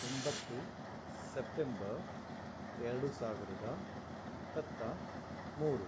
ಒಂಬತ್ತು ಸೆಪ್ಟೆಂಬರ್ ಎರಡು ಸಾವಿರದ ಇಪ್ಪತ್ತ ಮೂರು